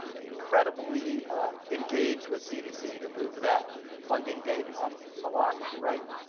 incredibly engaged with cdc to move that funding date up a lot, right,